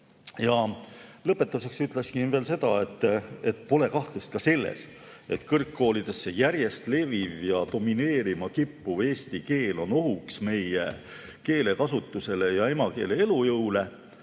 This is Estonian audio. Lõpetuseks ütleksin veel seda, et pole kahtlust ka selles, et kõrgkoolidesse järjest leviv ja domineerima kippuv [inglise] keel on ohuks meie keelekasutusele ja emakeele elujõule.